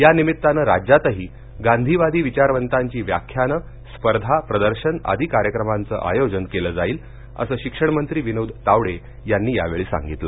या निमित्तानं राज्यातही गांधीवादी विचारवंतांची व्याख्यानं स्पर्धा प्रदर्शन आदी कार्यक्रमांचं आयोजन केलं जाईल असं शिक्षणमंत्री विनोद तावडे यांनी या वेळी सांगितलं